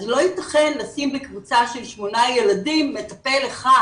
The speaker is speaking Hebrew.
אז לא ייתכן לשים לקבוצה של שמונה ילדים מטפל אחד,